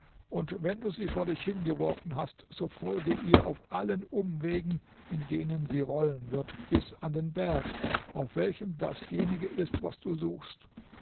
und wenn du sie vor dich hingeworfen hast so folge ihr auf allen umwegen in denen sie rollen wird bis an den berg auf welchem dasjenige ist was du suchst